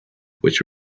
which